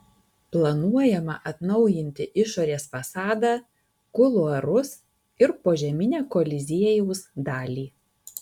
planuojama atnaujinti išorės fasadą kuluarus ir požeminę koliziejaus dalį